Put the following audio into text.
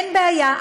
אין בעיה,